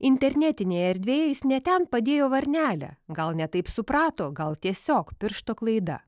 internetinėje erdvėje jis ne ten padėjo varnelę gal ne taip suprato gal tiesiog piršto klaida